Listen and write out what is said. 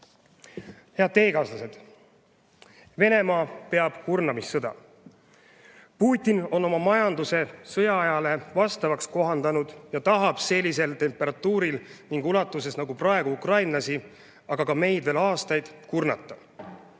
Head teekaaslased! Venemaa peab kurnamissõda. Putin on oma majanduse sõjaajale vastavaks kohendanud ning tahab sellisel temperatuuril ja sellises ulatuses nagu praegu ukrainlasi, aga ka meid veel aastaid kurnata.